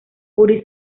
fury